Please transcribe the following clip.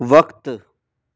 वक़्ति